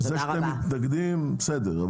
זה שאתם מתנגדים בסדר,